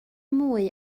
mwy